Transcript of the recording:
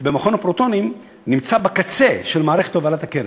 במכון הפרוטונים נמצא בקצה של מערכת הובלת הקרן.